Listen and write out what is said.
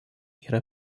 yra